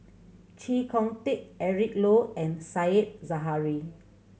Chee Kong Tet Eric Low and Said Zahari